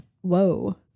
Whoa